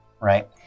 right